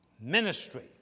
ministry